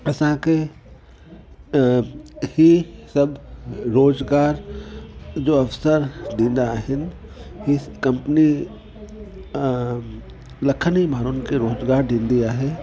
असांखे अ हीअ सभु रोजगार जो अवसर ॾींदा आहिनि हीअ कंपनी अ लखनि ई माण्हुनि खे रोजगार ॾींदी आहे